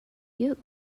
you